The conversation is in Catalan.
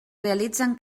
realitzen